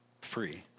free